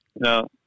No